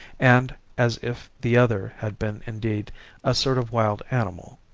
and as if the other had been indeed a sort of wild animal.